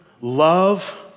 love